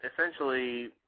essentially